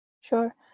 Sure